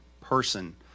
person